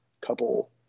couple